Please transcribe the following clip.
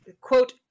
quote